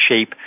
shape